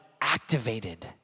activated